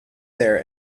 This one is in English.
there